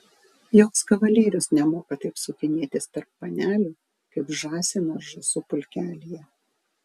joks kavalierius nemoka taip sukinėtis tarp panelių kaip žąsinas žąsų pulkelyje